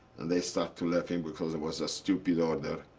they start to laughing because it was a stupid order.